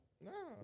No